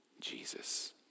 Jesus